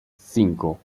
cinco